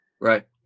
Right